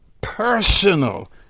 personal